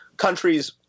countries